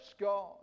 God